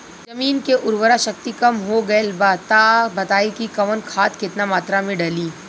जमीन के उर्वारा शक्ति कम हो गेल बा तऽ बताईं कि कवन खाद केतना मत्रा में डालि?